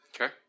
Okay